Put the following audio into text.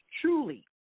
Truly